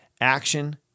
Action